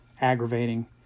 aggravating